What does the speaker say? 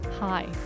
Hi